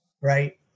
right